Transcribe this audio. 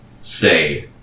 say